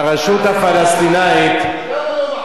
ברשות הפלסטינית, ואם יהודי מוכר לערבי?